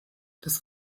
des